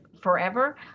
forever